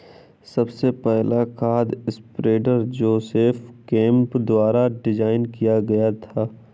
सबसे पहला खाद स्प्रेडर जोसेफ केम्प द्वारा डिजाइन किया गया था